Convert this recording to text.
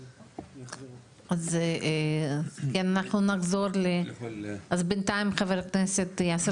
אז בינתיים אנחנו נחזור לחבר הכנסת יאסר